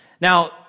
Now